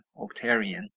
octarian